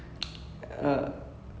that's so